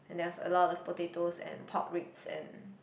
and then was a lot of potatos and pork ribs and